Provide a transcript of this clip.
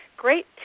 Great